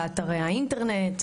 באתרי האינטרנט,